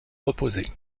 reposer